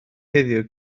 heddiw